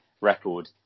record